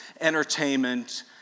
entertainment